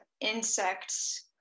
insects